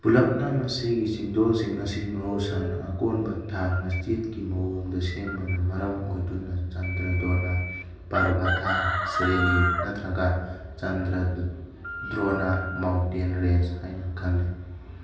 ꯄꯨꯂꯞꯅ ꯃꯁꯤꯒꯤ ꯆꯤꯡꯗꯣꯜꯁꯤꯡ ꯑꯁꯤ ꯃꯍꯧꯁꯥꯅ ꯑꯀꯣꯏꯕ ꯊꯥ ꯃꯆꯦꯠꯀꯤ ꯃꯑꯣꯡꯗ ꯁꯦꯝꯕꯅ ꯃꯔꯝ ꯑꯣꯏꯗꯨꯅ ꯆꯟꯗ꯭ꯔꯗꯣꯅꯥ ꯄꯔꯕꯊꯥ ꯁ꯭ꯔꯦꯅꯤ ꯅꯠꯇ꯭ꯔꯒ ꯆꯟꯗ꯭ꯔꯗ꯭ꯔꯣꯅ ꯃꯥꯎꯟꯇꯦꯟ ꯔꯦꯟꯁ ꯍꯥꯏꯅ ꯈꯪꯅꯩ